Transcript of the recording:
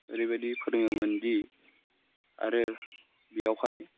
ओरैबायदि फोरोङोमोन दि आरो बेयावहाय